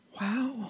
Wow